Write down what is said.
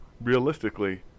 realistically